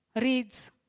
reads